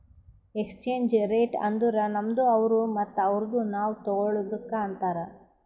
exchange rate ಅಂದುರ್ ನಮ್ದು ಅವ್ರು ಮತ್ತ ಅವ್ರುದು ನಾವ್ ತಗೊಳದುಕ್ ಅಂತಾರ್